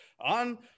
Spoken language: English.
on